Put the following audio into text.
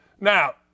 Now